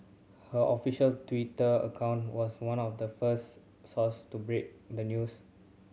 her official Twitter account was one of the first source to break the news